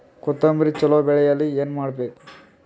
ಕೊತೊಂಬ್ರಿ ಚಲೋ ಬೆಳೆಯಲು ಏನ್ ಮಾಡ್ಬೇಕು?